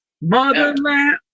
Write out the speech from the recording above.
Motherland